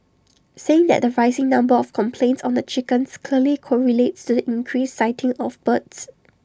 saying that the rising number of complaints on the chickens clearly correlates to the increased sighting of birds